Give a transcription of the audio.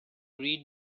read